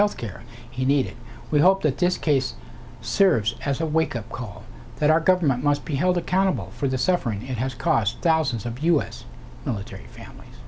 health care he needed we hope that this this serves as a wake up call that our government must be held accountable for the suffering it has cost thousands of us military families